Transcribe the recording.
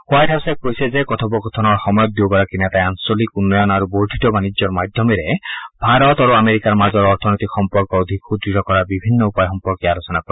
what হাউছে কৈছে যে কথোপকথনৰ সময়ত দুয়োগৰাকী নেতাই আঞ্চলিক উন্নয়ন আৰু বৰ্ধিত বাণিজ্যৰ মাধ্যমেৰ ভাৰত আৰু আমেৰিকাৰ মাজৰ অৰ্থনৈতিক সম্পৰ্ক অধিক সুদ্য় কৰাৰ বিভিন্ন উপায় সম্পৰ্কে আলোচনা কৰে